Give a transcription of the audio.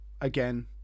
again